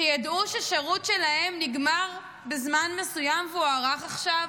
שידעו שהשירות שלהם נגמר בזמן מסוים והוארך עכשיו.